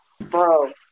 bro